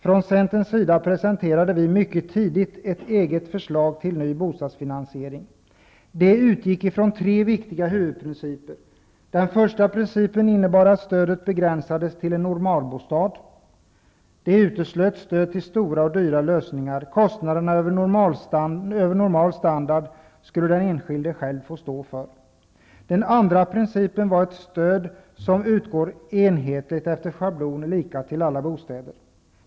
Från Centerns sida presenterade vi mycket tidigt ett eget förslag till ny bostadsfinansiering. Det utgick från tre viktiga huvudprinciper. Den första principen innebar att stödet begränsades till en normalbostad. Det uteslöt stöd till stora och dyra lösningar. Kostnaderna utöver normalstandard skulle den enskilde själv få stå för. Den andra principen var ett stöd som utgår enhetligt efter schablon lika till alla bostäder.